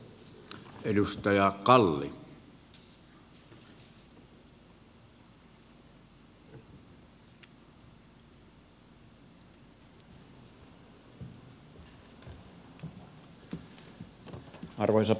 arvoisa puhemies